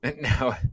No